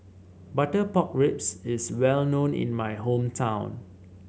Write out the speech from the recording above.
Butter Pork Ribs is well known in my hometown